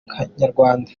kanyarwanda